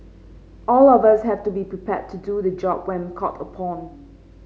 all of us have to be prepared to do the job when called upon